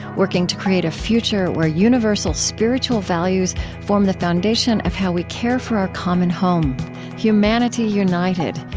working to create a future where universal spiritual values form the foundation of how we care for our common home humanity united,